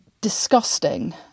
disgusting